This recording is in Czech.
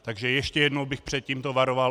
Takže ještě jednou bych před tímto varoval.